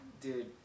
dude